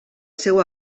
seu